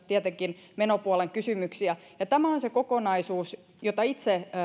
tietenkin myös menopuolen kysymyksiä ja tämä on se kokonaisuus jota itse